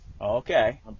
Okay